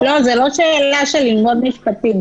לא, זו לא שאלה של ללמוד משפטים.